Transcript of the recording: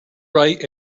right